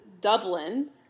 Dublin